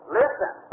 listen